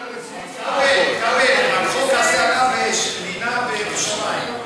כבל, כבל, החוק הזה עלה בלינה בירושלים.